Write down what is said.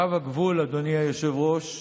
קו הגבול, אדוני היושב-ראש,